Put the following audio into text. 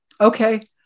okay